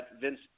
Vince